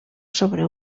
sobre